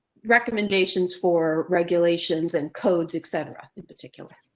recommendations for regulations and codes, et cetera in particular.